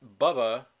Bubba